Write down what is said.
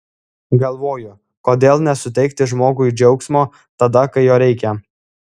galvoju kodėl nesuteikti žmogui džiaugsmo tada kai jo reikia